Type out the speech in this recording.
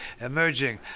emerging